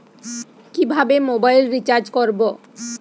কিভাবে mobile recharge করব?